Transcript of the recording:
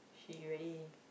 she really